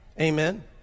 Amen